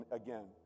again